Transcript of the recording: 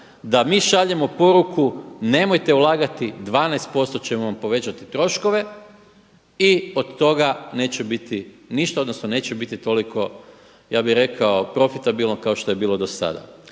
da mi šaljemo poruku nemojte ulagati 12% ćemo vam povećati troškove i od toga neće biti ništa, odnosno neće biti toliko ja bih rekao profitabilno kao što je bilo do sada.